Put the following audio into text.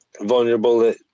Vulnerable